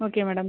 okay madam